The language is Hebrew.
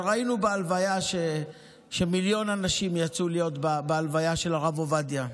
בהלוויה ראינו שמיליון אנשים יצאו להיות בהלוויה של הרב עובדיה,